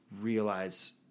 realize